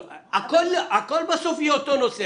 בסוף הכול יהיה אותו נושא.